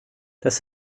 das